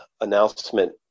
announcement